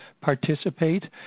participate